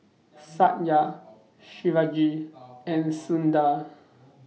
Satya Shivaji and Sundar